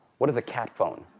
what is a cat phone?